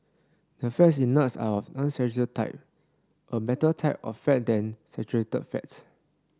the fats in nuts are of unsaturated type a better type of fat than saturated fats